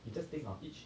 you just think of each